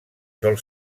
sol